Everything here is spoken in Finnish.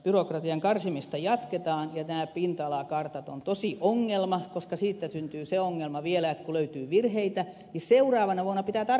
byrokratian karsimista jatketaan ja nämä pinta alakartat ovat tosi ongelma koska siitä syntyy se ongelma vielä että kun löytyy virheitä niin seuraavana vuonna pitää tarkastaa puolta enemmän